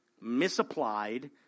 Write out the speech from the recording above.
misapplied